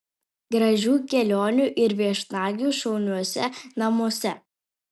gražių kelionių ir viešnagių šauniuose namuose